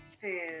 food